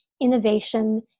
innovation